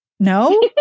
No